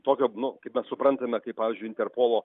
tokio nu kaip mes suprantame kaip pavyzdžiui interpolo